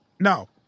No